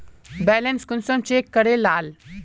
Balance कुंसम check करे लाल?